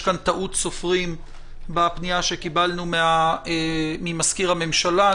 כאן טעות סופרים בפנייה שקיבלנו ממזכיר הממשלה.